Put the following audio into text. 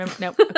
nope